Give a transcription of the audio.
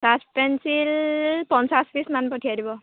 কাঠ পেঞ্চিল পঞ্চাছ পিচমান পঠিয়াই দিব